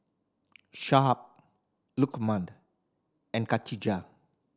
Shuib Lukman and Khatijah